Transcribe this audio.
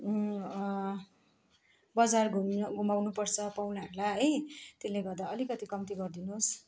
बजार घुम्नु घुमाउन पर्छ पाहुनाहरूलाई है त्यसलेगर्दा अलिकति कम्ति गरिदिनुहोस्